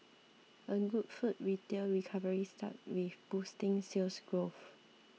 a good food retail recovery starts with boosting Sales Growth